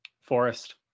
Forest